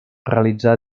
realitzà